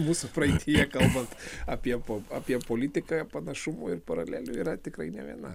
mūsų praeityje kalbant apie apie politiką panašumų ir paralelių yra tikrai ne viena